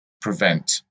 prevent